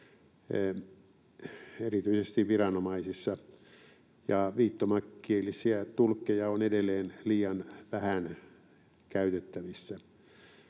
erityisesti viranomaisissa. Viittomakielisiä tulkkeja on edelleen liian vähän käytettävissä.